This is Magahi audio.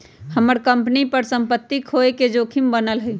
हम्मर कंपनी पर सम्पत्ति खोये के जोखिम बनल हई